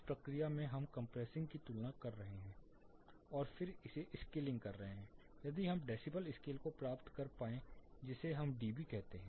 इस प्रक्रिया में हम कंप्रेसिंग की तुलना कर रहे हैं और फिर इसे स्केलिंग कर रहे हैं ताकि हम डेसीबल स्केल को प्राप्त कर पाए जिसे हम डीबी कहते हैं